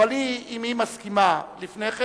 אבל אם היא מסכימה לפני כן,